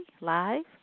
live